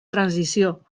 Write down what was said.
transició